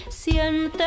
Siente